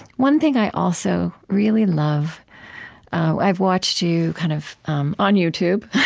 one thing i also really love i have watched you kind of um on youtube.